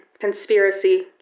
Conspiracy